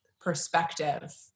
perspective